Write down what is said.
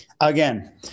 Again